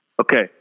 Okay